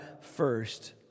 first